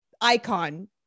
icon